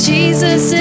Jesus